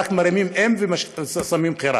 רק מורידים "אום" ושמים "חירן".